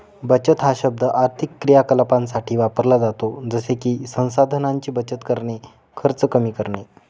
बचत हा शब्द आर्थिक क्रियाकलापांसाठी वापरला जातो जसे की संसाधनांची बचत करणे, खर्च कमी करणे